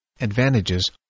advantages